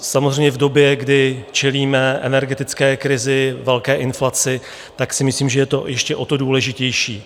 Samozřejmě v době, kdy čelíme energetické krizi, velké inflaci, si myslím, že je to ještě o to důležitější.